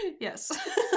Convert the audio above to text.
Yes